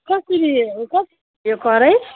कसरी हो कसरी यो कराई